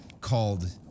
called